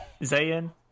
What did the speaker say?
Zayn